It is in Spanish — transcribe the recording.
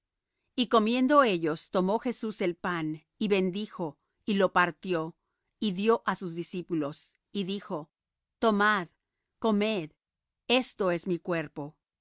y comiendo ellos tomó jesús el pan y bendijo y lo partió y dió á sus discípulos y dijo tomad comed esto es mi cuerpo